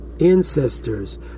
ancestors